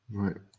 right